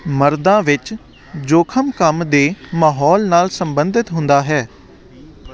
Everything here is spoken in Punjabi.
ਮਰਦਾਂ ਵਿੱਚ ਜੋਖ਼ਮ ਕੰਮ ਦੇ ਮਹੌਲ ਨਾਲ ਸਬੰਧਿਤ ਹੁੰਦਾ ਹੈ